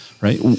right